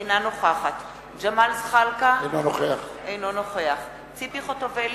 אינה נוכחת ג'מאל זחאלקה, אינו נוכח ציפי חוטובלי,